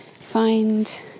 find